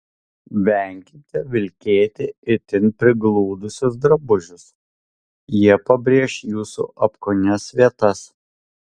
venkite vilkėti itin prigludusius drabužius jie pabrėš jūsų apkūnias vietas